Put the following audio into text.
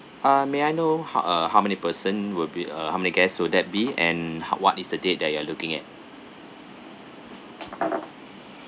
uh may I know ho~ uh how many person will be uh how many guests will that be and ho~ what is the date that you are looking at